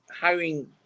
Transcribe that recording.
hiring